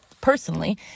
personally